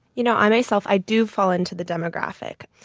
you know i, myself, i do fall into the demographic.